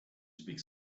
speak